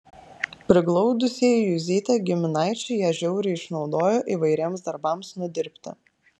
priglaudusieji juzytę giminaičiai ją žiauriai išnaudojo įvairiems darbams nudirbti